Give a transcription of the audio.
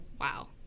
Wow